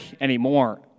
anymore